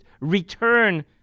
return